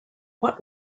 what